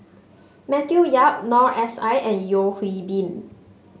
Matthew Yap Noor S I and Yeo Hwee Bin